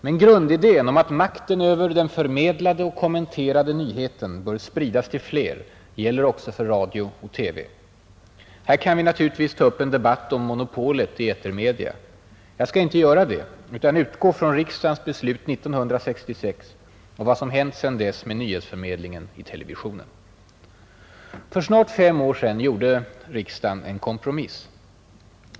Men grundidén om att makten över den förmedlade och kommenterade nyheten bör spridas till fler gäller också för radio och TV. Här kan vi naturligtvis ta upp en debatt om monopolet i etermedia. Jag skall inte göra det utan utgå från riksdagens beslut 1966 och vad som hänt sedan dess med nyhetsförmedlingen i televisionen, För snart fem år sedan gjorde riksdagen en kompromiss.